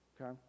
okay